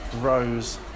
Rose